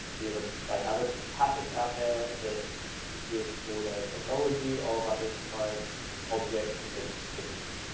is, ah, they have a pattern out there that exists for their technology of identify objects within images.